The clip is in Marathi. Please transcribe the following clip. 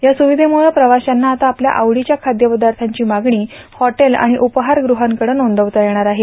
या सुविधेमुळं प्रवाशांना आता आपल्या आवडीच्या खाद्यपदार्थाची मागणी हॉटेल आणि उपहारगृहांकडं नोंदवता येणार आहे